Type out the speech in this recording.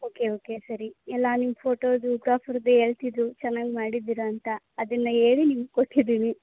okay okay ಸರಿ ಎಲ್ಲ ನಿಮ್ಮ ಫೋಟೋದು ಹೇಳ್ತಿದ್ರು ಚೆನ್ನಾಗಿ ಮಾಡಿದ್ದೀರಿ ಅಂತೆ ಅದನ್ನು ಹೇಳಿ ನಿಮ್ಗೆ ಕೊಟ್ಟಿದ್ದೀವಿ